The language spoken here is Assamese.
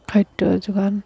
খাদ্যৰ যোগান